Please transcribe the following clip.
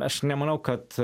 aš nemanau kad